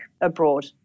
abroad